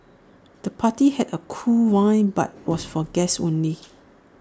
the party had A cool vibe but was for guests only